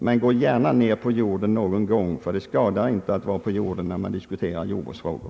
Men gå gärna ned på jorden någon gång, ty det skadar inte att hålla sig på jorden när man diskuterar jordbruksfrågor.